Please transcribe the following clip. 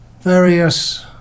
various